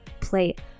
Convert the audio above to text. plate